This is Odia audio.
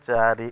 ଚାରି